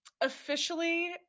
officially